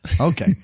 Okay